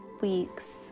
weeks